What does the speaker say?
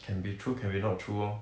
can be true can not true orh